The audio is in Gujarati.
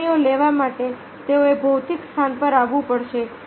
નિર્ણયો લેવા માટે તેઓએ ભૌતિક સ્થાન પર આવવું પડશે